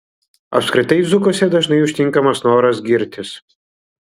apskritai dzūkuose dažnai užtinkamas noras girtis